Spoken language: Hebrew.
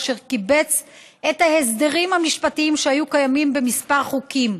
אשר קיבץ את ההסדרים המשפטיים שהיו קיימים בכמה חוקים,